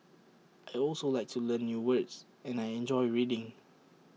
I also like to learn new words and I enjoy reading